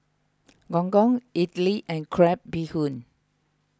Gong Gong Idly and Crab Bee Hoon